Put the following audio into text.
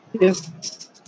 Yes